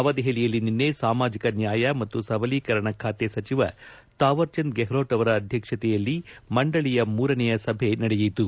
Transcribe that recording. ನವದೆಹಲಿಯಲ್ಲಿ ನಿನ್ನೆ ಸಾಮಾಜಿಕ ನ್ಯಾಯ ಮತ್ತು ಸಬಲೀಕರಣ ಸಚಿವ ತಾವರ್ಚಂದ್ ಗೆಹ್ಲೋಟ್ ಅವರ ಅಧ್ಯಕ್ಷತೆಯಲ್ಲಿ ಮಂಡಳಿಯ ಮೂರನೇ ಸಭೆ ನಡೆಯಿತು